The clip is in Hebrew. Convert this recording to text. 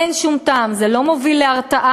אין שום טעם, זה לא מוביל להרתעה.